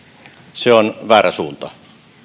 se on väärä suunta